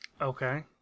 Okay